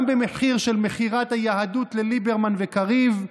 גם במחיר של מכירת היהדות לליברמן וקריב,